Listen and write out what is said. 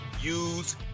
use